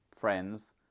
friends